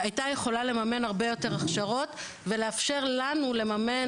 הייתה יכולה לממן הרבה יותר הכשרות ולאפשר לנו לממן